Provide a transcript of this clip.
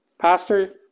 pastor